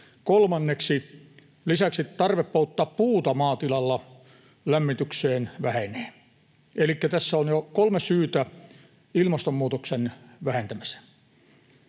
Kolmanneksi, lisäksi tarve polttaa puuta maatilalla lämmitykseen vähenee. Elikkä tässä on jo kolme syytä ilmastonmuutoksen vähentämiseen.